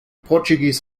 portuguese